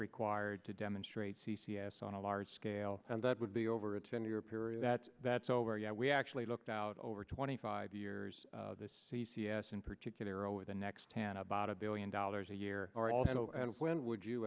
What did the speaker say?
required to demonstrate c c s on a large scale and that would be over a ten year period that that's over yeah we actually looked out over twenty five years this c c s in particular over the next ten about a billion dollars a year and when would you